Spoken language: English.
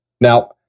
Now